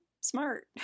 smart